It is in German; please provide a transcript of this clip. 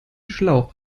schlauch